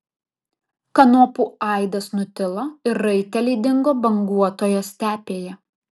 kanopų aidas nutilo ir raiteliai dingo banguotoje stepėje